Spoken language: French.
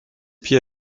pied